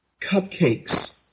cupcakes